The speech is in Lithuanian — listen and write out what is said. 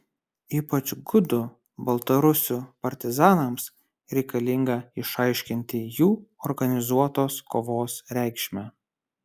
ypač gudų baltarusių partizanams reikalinga išaiškinti jų organizuotos kovos reikšmę